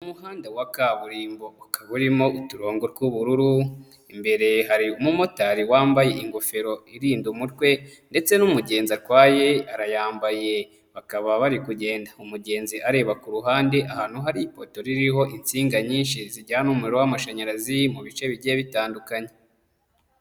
Umuhanda wa kaburimbo ukaba urimo uturongo tw'ubururu, imbere hari umumotari wambaye ingofero irinda umutwe ndetse n'umugenzi atwaye arayambaye bakaba bari kugenda, umugenzi areba ku ruhande ahantu hari ipoto ririho insinga nyinshi zijyana umuriro w'amashanyarazi mu bice bigiye bitandukanye.